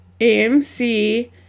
AMC